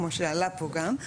כמו שעלה פה גם,